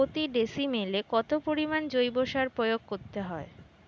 প্রতি ডিসিমেলে কত পরিমাণ জৈব সার প্রয়োগ করতে হয়?